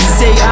say